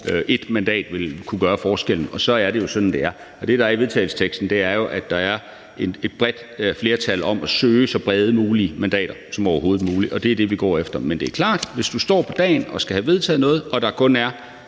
1 mandat vil kunne gøre forskellen, og så er det jo sådan, det er. Det, der er i forslaget til vedtagelse, er, at der er et bredt flertal for at søge så brede mandater som overhovedet muligt, og det er det, vi går efter. Men det er klart, at hvis du står på dagen og skal have vedtaget noget og der kun er